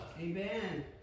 Amen